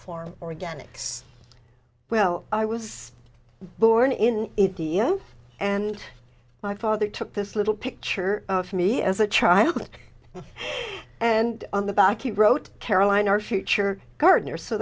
farm organics well i was born in india and my father took this little picture of me as a child and on the back you wrote caroline our future gardner so